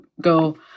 go